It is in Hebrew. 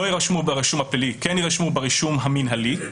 יירשם ברישום הפלילי אלא יירשם ברישום המינהלי.